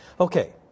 Okay